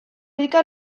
rica